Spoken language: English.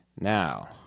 now